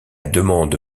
demande